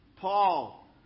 Paul